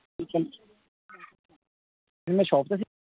ਮੈਂ ਸ਼ੌਪ 'ਤੇ ਸੀ